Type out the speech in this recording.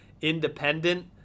independent